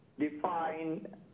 define